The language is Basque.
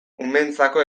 umeentzako